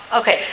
Okay